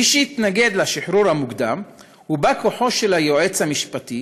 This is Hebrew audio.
מי שהתנגד לשחרור המוקדם הוא בא כוחו של היועץ המשפטי,